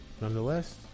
Nonetheless